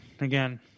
again